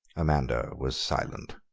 amanda was silent.